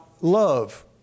love